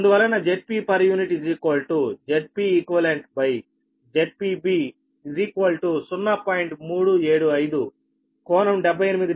4 Ω అందువలన Zp ZpeqZpB 0